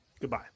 goodbye